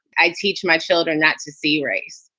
i teach my children not to see race.